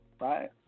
right